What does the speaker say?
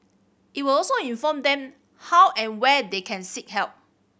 it will also inform them how and where they can seek help